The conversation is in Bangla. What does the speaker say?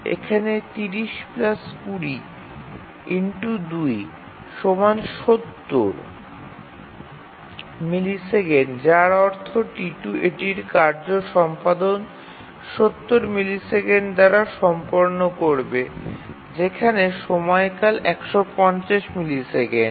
এখানে ৩০২০২৭০ মিলিসেকেন্ড যার অর্থ T2 এটির কার্য সম্পাদন ৭০ মিলিসেকেন্ড দ্বারা সম্পন্ন করবে যেখানে সময়কাল ১৫০ মিলিসেকেন্ড